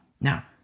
Now